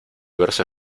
verse